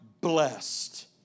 blessed